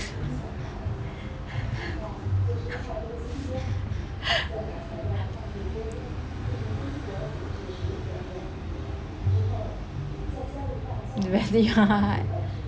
the best they had